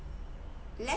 less